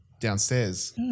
downstairs